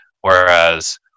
Whereas